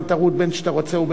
בין שאתה רוצה ובין שלא,